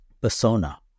persona